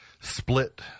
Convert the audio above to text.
split